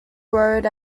road